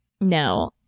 No